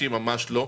ממש לא,